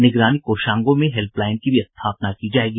निगरानी कोषांगों में हेल्पलाइन की भी स्थापना की जायेगी